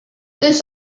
this